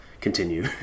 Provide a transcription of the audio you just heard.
continue